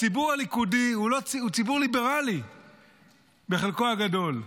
הציבור הליכודי הוא ציבור ליברלי בחלקו הגדול,